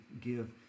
give